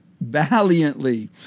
valiantly